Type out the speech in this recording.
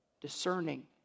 Discerning